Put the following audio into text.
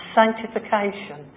sanctification